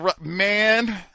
man